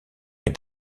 est